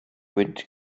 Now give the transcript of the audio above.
gwynt